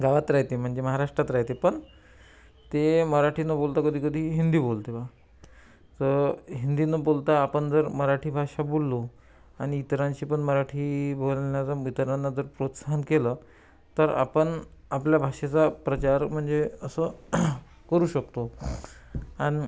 गावात राहते म्हणजे महाराष्ट्रात राहते पण ते मराठी न बोलता कधी कधी हिंदी बोलते पहा तर हिंदी न बोलता आपण जर मराठी भाषा बोललो आणि इतरांशी पण मराठी बोलण्याचा इतरांना जर प्रोत्साहन केलं तर आपण आपल्या भाषेचा प्रचार म्हणजे असं करु शकतो आणि